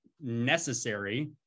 necessary